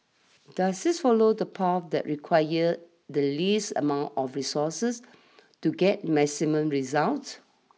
does this follow the path that requires the least amount of resources to get maximum results